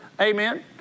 Amen